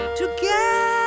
together